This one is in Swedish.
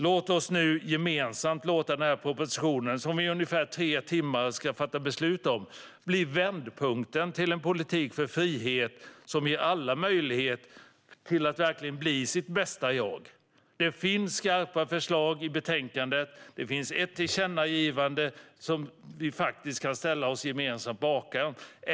Låt oss nu gemensamt låta den proposition som vi om ungefär tre timmar ska fatta beslut om bli vändpunkten till en politik för frihet som ger alla möjlighet att verkligen bli sitt bästa jag. Det finns skarpa förslag i betänkandet. Det finns ett tillkännagivande som vi gemensamt kan ställa oss bakom.